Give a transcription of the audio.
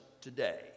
today